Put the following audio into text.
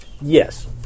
Yes